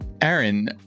Aaron